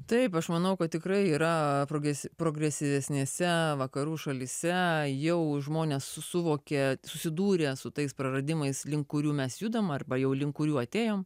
taip aš manau kad tikrai yra progresyvesnėse vakarų šalyse jau žmonės suvokė susidūrę su tais praradimais link kurių mes judam arba jau link kuriuųatėjom